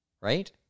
right